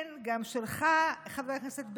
כן גם שלך, חבר הכנסת בגין,